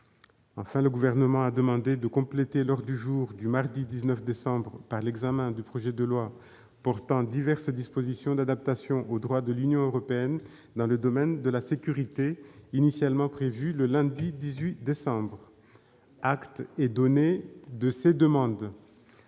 loi. Le Gouvernement a également demandé de compléter l'ordre du jour du mardi 19 décembre par l'examen du projet de loi portant diverses dispositions d'adaptation au droit de l'Union européenne dans le domaine de la sécurité, initialement prévu le lundi 18 décembre. Acte est donné de ces demandes.